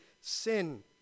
sin